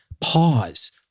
Pause